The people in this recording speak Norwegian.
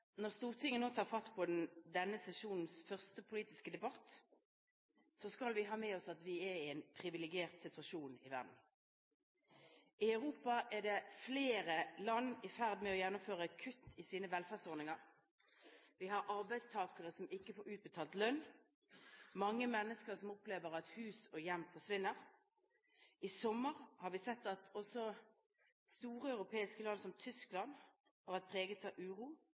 Når Stortinget nå tar fatt på denne sesjonens første politiske debatt, skal vi ha med oss at vi er i en privilegert situasjon i verden. I Europa er flere land i ferd med å gjennomføre kutt i sine velferdsordninger. Vi har arbeidstakere som ikke får utbetalt lønn, og mange mennesker opplever at hus og hjem forsvinner. I sommer har vi sett at også store europeiske land som Tyskland har vært preget av uro.